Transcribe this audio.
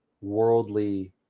worldly